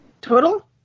Total